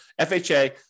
FHA